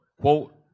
Quote